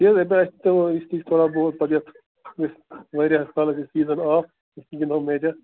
تٔمۍ وُن یہِ چھِ تھوڑا بہت پتہٕ یہِ یُس واریاہَس کالَس اوس سیٖزَن آف أسۍ تہِ گِنٛدہَو میچہ